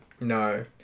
No